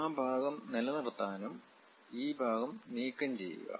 ആ ഭാഗം നിലനിർത്താനും ഈ ഭാഗം നീക്കംചെയയുക